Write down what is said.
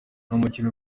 umukino